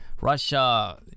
Russia